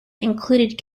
included